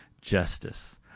justice